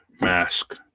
mask